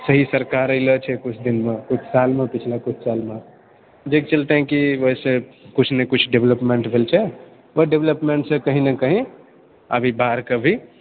तऽ ई सरकार ऐलो छै किछु दिनमे किछु सालमे पिछला किछु सालमे जाए कऽ चलते की वैसे किछु ने किछु डेवलपमेन्ट भेल छै ओहि डेवलपमेन्टसँ कहि ने कहि आब ई बाढ़िके भी